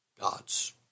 God's